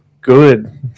good